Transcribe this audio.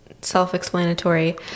self-explanatory